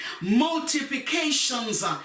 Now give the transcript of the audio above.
multiplications